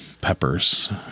peppers